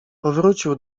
powrócił